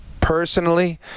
Personally